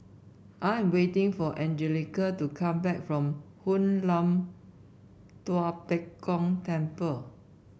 I am waiting for Angelica to come back from Hoon Lam Tua Pek Kong Temple